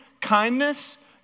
kindness